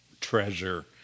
treasure